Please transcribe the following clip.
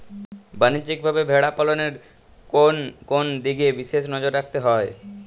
বাণিজ্যিকভাবে ভেড়া পালনে কোন কোন দিকে বিশেষ নজর রাখতে হয়?